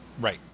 Right